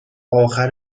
آخر